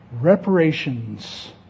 Reparations